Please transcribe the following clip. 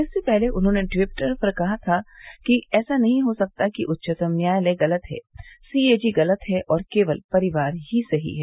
इससे पहले उन्होंने ट्वीटर पर कहा था कि ऐसा नहीं हो सकता कि उच्चतम न्यायालय गलत है सीएजी गलत है और केवल परिवार ही सही है